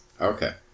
Okay